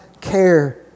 care